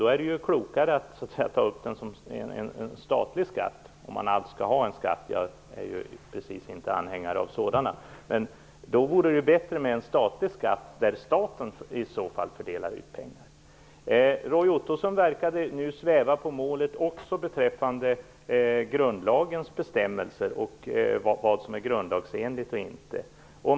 Det är då klokare att ta upp en statlig skatt - om man nu skall ha en skatt; jag är inte precis anhängare av sådana - och att staten fördelade ut pengar. Roy Ottosson verkade nu sväva på målet också beträffande vad som är grundlagsenligt och inte.